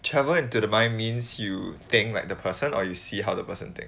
travel into the mind means you think like the person or you see how the person think